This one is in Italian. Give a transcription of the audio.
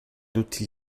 tutti